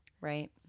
Right